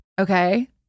Okay